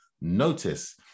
notice